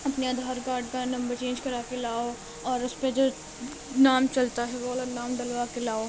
اپنے آدھار کارڈ کا number change کرا کے لاؤ اور اُس پہ جو نام چلتا ہے وہ والا نام ڈلوا کے لاؤ